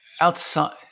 outside